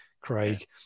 Craig